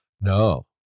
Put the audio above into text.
no